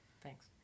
Thanks